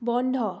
বন্ধ